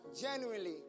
genuinely